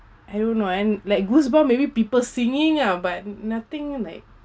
I don't know and like goosebumps maybe people singing ah but nothing like